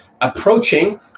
approaching